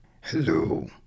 hello